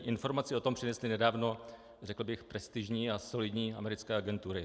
Informaci o tom přinesly nedávno, řekl bych, prestižní a solidní americké agentury.